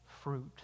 fruit